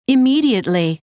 Immediately